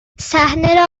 صحنه